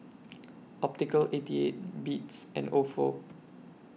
Optical eighty eight Beats and Ofo